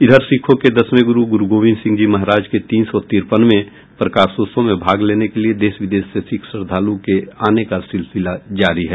इधर सिखों के दसवें गुरू गुरूगोविंद सिंह जी महाराज के तीन सौ तिरपनवें प्रकाशोत्सव में भाग लेने के लिये देश विदेश से सिख श्रद्धालुओं के आने का सिलसिला जारी है